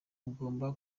mugomba